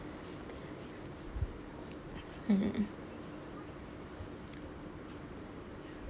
hmm